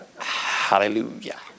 Hallelujah